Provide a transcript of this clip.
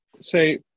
say